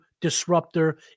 disruptor